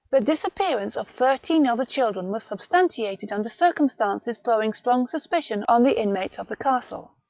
the disappearance of thirteen other children was substantiated under circumstances throwing strong suspicion on the inmates of the castle.